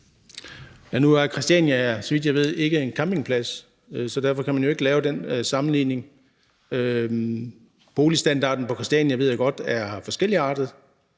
Nu er Christiania, så vidt jeg ved, ikke en campingplads, så derfor kan man jo ikke lave den sammenligning. Boligstandarden på Christiania ved jeg godt er forskelligartet,